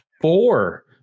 four